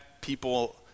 people